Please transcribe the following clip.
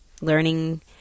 learning